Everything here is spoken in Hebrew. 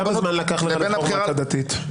כמה זמן לקח לבחור מועצה דתית?